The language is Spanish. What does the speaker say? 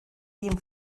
bien